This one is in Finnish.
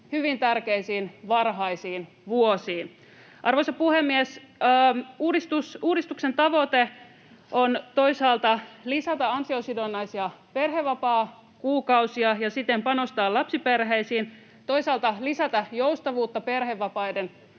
hyvin tärkeisiin varhaisiin vuosiin. Arvoisa puhemies! Uudistuksen tavoite on toisaalta lisätä ansiosidonnaisia perhevapaakuukausia ja siten panostaa lapsiperheisiin, toisaalta lisätä joustavuutta perhevapaiden